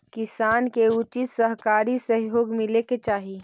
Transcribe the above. किसान के उचित सहकारी सहयोग मिले के चाहि